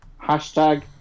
hashtag